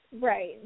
Right